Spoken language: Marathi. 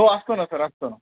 हो असतं ना सर असतं ना